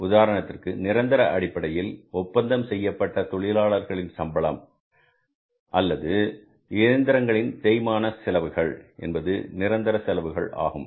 உதாரணத்திற்கு நிரந்தர அடிப்படையில் ஒப்பந்தம் செய்யப்பட்ட தொழிலாளர்களின் சம்பளம் அல்லது இயந்திரங்களின் தேய்மான செலவுகள் என்பது நிரந்தர செலவுகள் ஆகும்